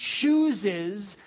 chooses